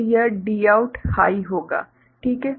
तो यह Dout हाइ होगा ठीक है